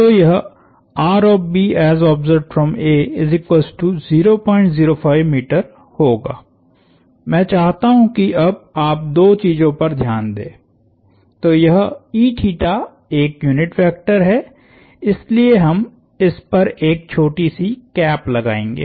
तो यह होगा मैं चाहता हूं कि अब आप दो चीजों पर ध्यान दें तो यह एक यूनिट वेक्टर है इसलिए हम इस पर एक छोटी सी कैप लगाएंगे